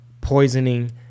poisoning